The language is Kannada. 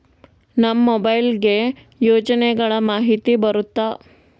ನಮ್ ಮೊಬೈಲ್ ಗೆ ಯೋಜನೆ ಗಳಮಾಹಿತಿ ಬರುತ್ತ?